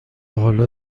حالا